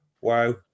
wow